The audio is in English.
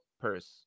purse